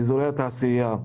אזורי התעשייה.